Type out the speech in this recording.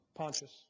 Pontius